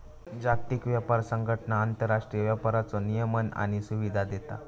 जागतिक व्यापार संघटना आंतरराष्ट्रीय व्यापाराचो नियमन आणि सुविधा देता